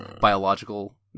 biological